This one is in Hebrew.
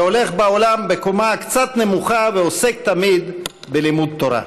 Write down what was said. שהולך בעולם בקומה קצת נמוכה ועוסק תמיד בלימוד תורה.